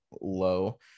low